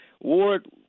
Ward